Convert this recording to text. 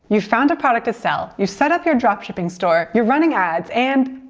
you've found a product to sell, you've set up your dropshipping store, you're running ads and,